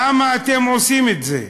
למה אתם עושים את זה?